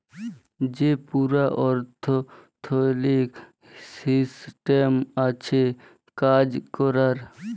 যে পুরা অথ্থলৈতিক সিসট্যাম আছে কাজ ক্যরার